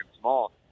small